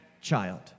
child